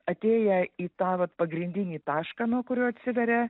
atėję į tą vat pagrindinį tašką nuo kurio atsiveria